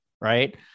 right